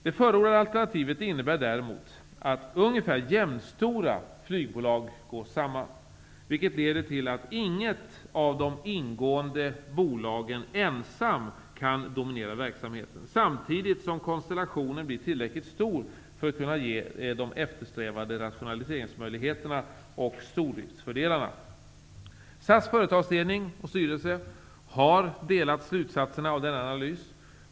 Det förordade alternativet innebär däremot att ungefär jämnstora flygbolag går samman, vilket leder till att inget av de ingående bolagen ensamt kan dominera verksamheten, samtidigt som konstellationen blir tillräckligt stor för att kunna ge de eftersträvade rationaliseringsmöjligheterna och stordriftsfördelarna. SAS företagsledning och styrelse har delat slutsatserna av denna analys.